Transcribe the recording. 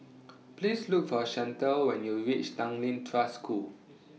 Please Look For Chantal when YOU REACH Tanglin Trust School